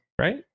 right